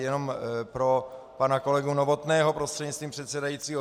Jenom pro pana kolegu Novotného prostřednictvím předsedajícího.